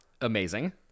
Amazing